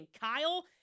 Kyle